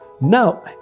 Now